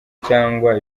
cyangwa